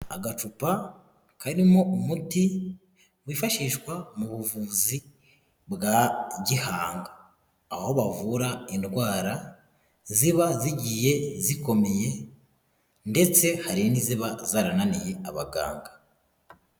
Agacupa karimo umuti wifashishwa mu buvuzi bwa gihanga, aho bavura indwara ziba zigiye zikomeye ndetse hari n'iziba zarananiye abaganga.